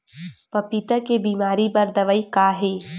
पपीता के बीमारी बर दवाई का हे?